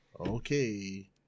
Okay